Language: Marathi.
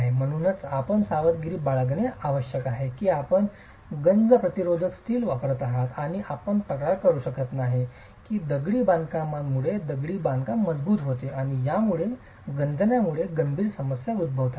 आणि म्हणूनच आपण सावधगिरी बाळगणे आवश्यक आहे की आपण गंज प्रतिरोधक स्टील वापरत आहात आणि आपण तक्रार करू शकत नाही की दगडी बांधकामामुळे दगडी बांधकाम मजबूत होते आणि यामुळे गंजण्यामुळे गंभीर समस्या उद्भवतात